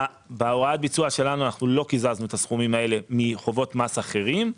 בהוראת ביצוע שלנו אנחנו לא קיזזנו את הסכומים האלה מחובות מס אחרים,